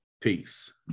Peace